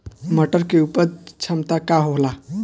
मटर के उपज क्षमता का होला?